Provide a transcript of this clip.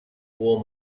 warm